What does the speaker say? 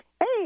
Hey